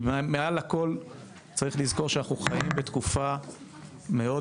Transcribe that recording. מעל הכול צריך לזכור שאנחנו חיים בתקופה מאוד